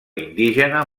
indígena